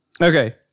Okay